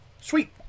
Sweet